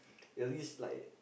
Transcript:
it was this like